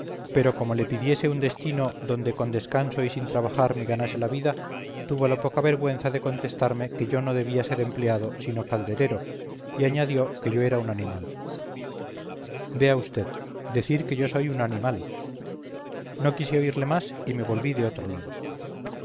pero como le pidiese un destino donde condescanso y sin trabajar me ganase la vida tuvo la poca vergüenza de contestarme que yo no debía ser empleado sino calderero y añadió que yo era un animal vea vd decir que yo soy un animal no quise oírle más y me volví de otro lado